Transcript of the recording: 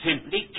simply